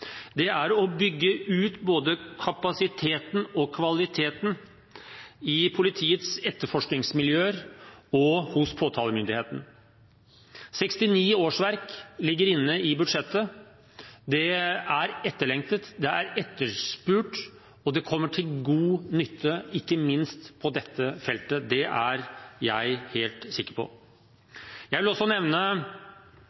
Det er å bygge ut både kapasiteten og kvaliteten i politiets etterforskningsmiljøer og hos påtalemyndigheten. 69 årsverk ligger inne i budsjettet. Det er etterlengtet, det er etterspurt, og det kommer til god nytte ikke minst på dette feltet, det er jeg helt sikker på.